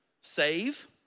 Save